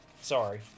sorry